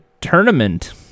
tournament